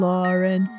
Lauren